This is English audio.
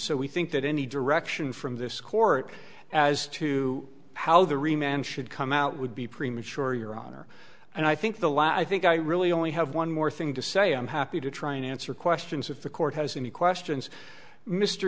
so we think that any direction from this court as to how the re man should come out would be premature your honor and i think the last i think i really only have one more thing to say i'm happy to try and answer questions if the court has any questions mr